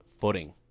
footing